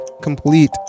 complete